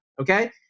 okay